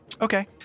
Okay